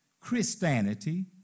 Christianity